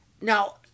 Now